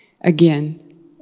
Again